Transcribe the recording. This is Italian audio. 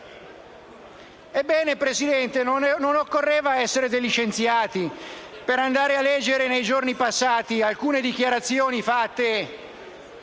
signora Presidente, non occorreva essere degli scienziati per andare a leggere, nei giorni passati, alcune dichiarazioni